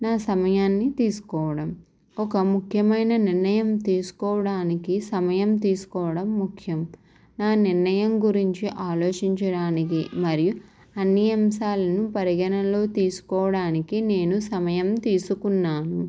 నా సమయాన్ని తీసుకోవడం ఒక ముక్యమైన నిర్ణయం తీసుకోవడానికి సమయం తీసుకోవడం ముఖ్యం నా నిర్ణయం గురించి ఆలోచించడానికీ మరియు అన్నీ అంశాలను పరిగణనలో తీసుకోవడానికి నేను సమయం తీసుకున్నాను